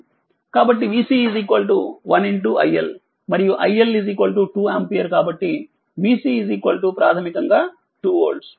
కాబట్టి vC 1 iLమరియుiL 2ఆంపియర్కాబట్టిvC ప్రాథమికంగా2వోల్ట్